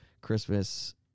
Christmas